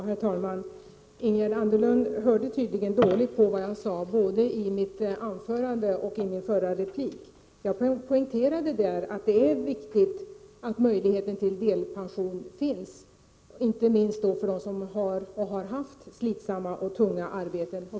Herr talman! Ingegerd Anderlund hörde tydligen dåligt på vad jag sade både i mitt anförande och i min förra replik. Jag poängterade att det är viktigt att möjlighet till delpension finns, inte minst för dem som har och har haft slitsamma och tunga arbeten.